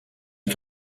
que